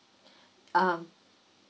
um